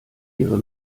ihre